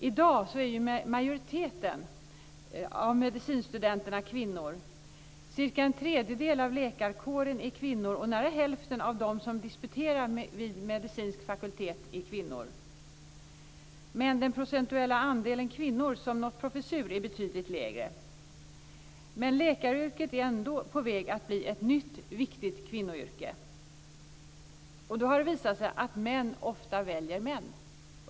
I dag är majoriteten av medicinstudenterna kvinnor, cirka en tredjedel av läkarkåren är kvinnor och nära hälften av dem som disputerar vid medicinsk fakultet är kvinnor. Den procentuella andelen kvinnor som nått professur är dock betydligt lägre. Men läkaryrket är ändå på väg att bli ett nytt viktigt kvinnoyrke. Det har visat sig att män ofta väljer män.